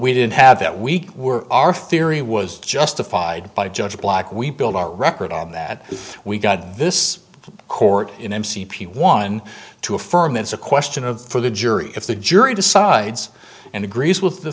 we didn't have that we were our theory was justified by judge black we build our record on that if we've got this court in m c p one to affirm it's a question of for the jury if the jury decides and agrees with the